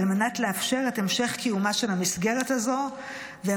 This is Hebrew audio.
על מנת לאפשר את המשך קיומה של המסגרת הזו ואת